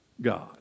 God